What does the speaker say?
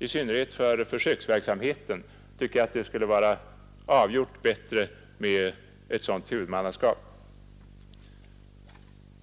I synnerhet för försöksverksamheten tycker jag att det skulle vara avgjort bättre med ett sådant huvudmannaskap.